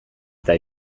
eta